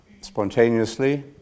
spontaneously